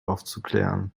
aufzuklären